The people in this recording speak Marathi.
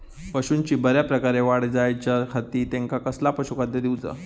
पशूंची बऱ्या प्रकारे वाढ जायच्या खाती त्यांका कसला पशुखाद्य दिऊचा?